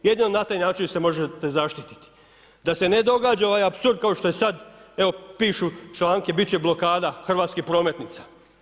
Jedino na taj način se možete zaštititi, da se ne događa ovaj apsurd kao što je sad, evo pišu članke, bit će blokada hrvatskih prometnica.